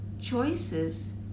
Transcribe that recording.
choices